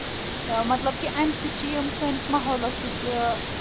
مطلب کہِ اَمہِ سۭتۍ چھٕ یِم سٲنِس ماحولَس سۭتۍ